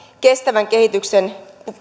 kestävän kehityksen